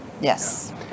Yes